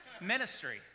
Ministry